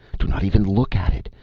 do not even look at it!